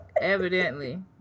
Evidently